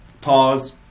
pause